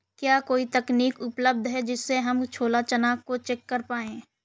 क्या कोई तकनीक उपलब्ध है जिससे हम छोला चना को चेक कर पाए?